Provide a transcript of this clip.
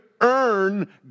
earn